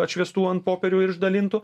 atšviestų ant popierių išdalintų